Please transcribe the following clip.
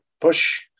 push